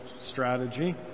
strategy